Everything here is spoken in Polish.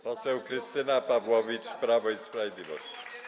Poseł Krystyna Pawłowicz, Prawo i Sprawiedliwość.